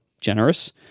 generous